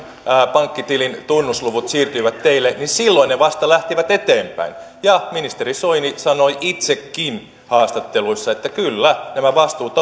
pankkitilin tunnusluvut siirtyivät teille silloin ne vasta lähtivät eteenpäin ja ministeri soini sanoi itsekin haastatteluissa että kyllä nämä vastuut